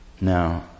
Now